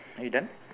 are you done